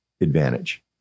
advantage